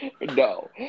No